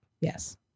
Yes